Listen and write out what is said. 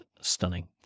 stunning